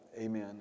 Amen